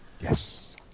Yes